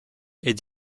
est